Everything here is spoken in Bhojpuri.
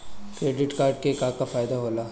क्रेडिट कार्ड के का फायदा होला?